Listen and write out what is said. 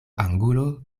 angulo